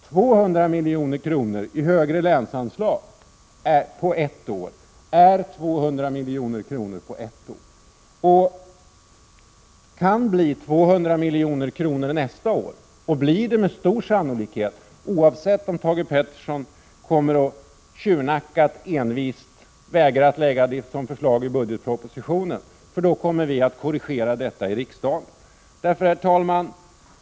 200 milj.kr. i högre länsanslag under ett år är 200 milj.kr. under ett år. Det kan bli 200 milj.kr. nästa år och blir det med stor sannolikhet — oavsett om Thage Peterson tjurnackat envist kommer vägra att lägga fram ett förslag i budgetpropositionen —, eftersom riksdagen kommer att korrigera detta. Herr talman!